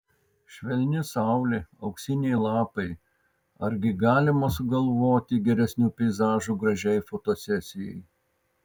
švelni saulė auksiniai lapai argi galima sugalvoti geresnių peizažų gražiai fotosesijai